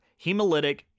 hemolytic